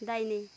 दाहिने